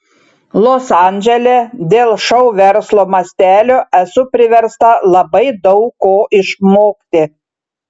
los andžele dėl šou verslo mastelio esu priversta labai daug ko išmokti